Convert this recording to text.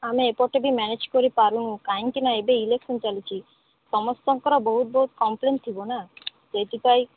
ଆମେ ଏପଟେ ବି ମ୍ୟାନେଜ କରିପାରୁନୁ କାହିଁକି ନା ଏବେ ଇଲେକ୍ସନ ଚାଲିଛି ସମସ୍ତଙ୍କ ବହୁତ ବହୁତ କମ୍ପ୍ଲେନ ଥିବ ନା ସେଇଥିପାଇଁ